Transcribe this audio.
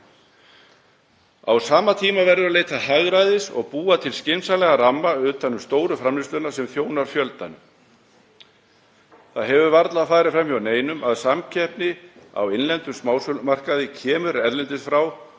Á sama tíma verður að leita hagræðis og búa til skynsamlegan ramma utan um stóru framleiðsluna sem þjónar fjöldanum. Það hefur varla farið fram hjá neinum að samkeppni á innlendum smásölumarkaði kemur að utan og